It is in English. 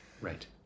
Right